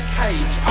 cage